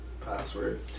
password